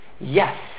Yes